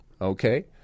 okay